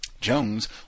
Jones